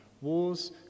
Wars